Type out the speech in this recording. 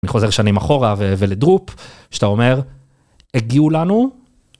אני חוזר שנים אחורה ולדרופ, שאתה אומר, הגיעו לנו.